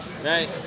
Right